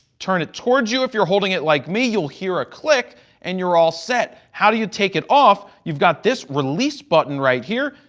turn it towards you. if you're holding it like me, you'll hear a click and you're all set. how do you take it off? you've got this release button right here.